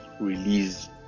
release